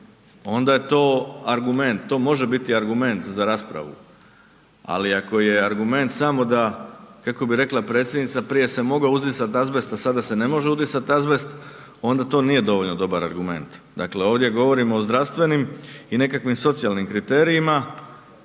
onda je to argument. To može biti argument za raspravu, ali ako je argument samo da, kako bi rekla predsjednica prije se mogao uzdisati azbest, a sada se ne može uzdisati azbest onda to nije dovoljno dobar argument. Dakle ovdje govorimo o zdravstvenim i nekakvim socijalnim kriterijima